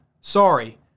Sorry